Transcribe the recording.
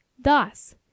thus